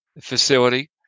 facility